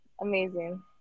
amazing